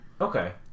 Okay